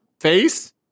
face